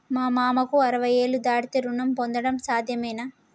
మా మామకు అరవై ఏళ్లు దాటితే రుణం పొందడం సాధ్యమేనా?